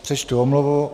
Přečtu omluvu.